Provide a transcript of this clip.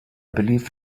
believe